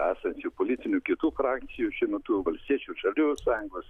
esančių politinių kitų frakcijų šiuo metu valstiečių ir žaliųjų sąjungos